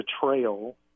betrayal